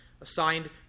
assigned